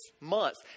months